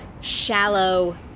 shallow